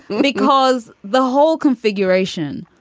because the whole configuration,